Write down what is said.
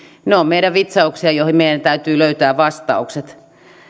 ovat meidän vitsauksia joihin meidän täytyy löytää vastaukset